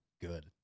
good